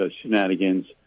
shenanigans